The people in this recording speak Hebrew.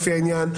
לפי העניין,